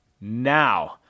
Now